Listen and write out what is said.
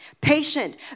patient